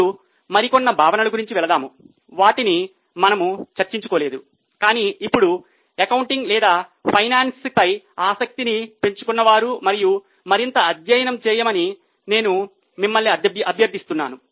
ఇప్పుడు మరికొన్ని భావనల గురించి వెళదాము వాటిని మనము చర్చించు కోలేదు కాని ఇప్పుడు అకౌంటింగ్ లేదా ఫైనాన్స్పై ఆసక్తిని పెంచుకున్న వారు వాటిని మరింత అధ్యయనం చేయమని నేను మిమ్మల్ని అభ్యర్థిస్తున్నాను